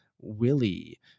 Willie